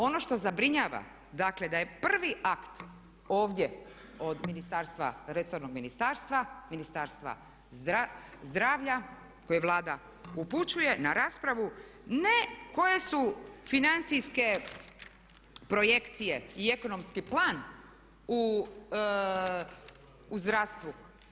Ono što zabrinjava, dakle da je prvi akt ovdje od ministarstva, resornog ministarstva, Ministarstva zdravlja koji Vlada upućuje na raspravu ne koje su financijske projekcije i ekonomski plan u zdravstvu.